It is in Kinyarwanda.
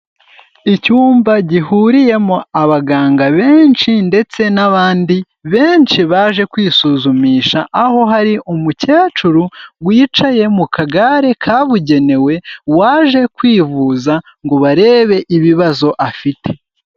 Icyumba gihuriyemo abaganga benshi ndetse n'abandi benshi, baje kwisuzumisha aho hari umukecuru wicaye mu kagare kabugenewe, waje kwivuza ngo barebe ibibazo afite.